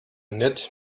nett